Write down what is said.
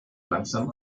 langsam